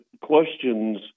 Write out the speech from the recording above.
questions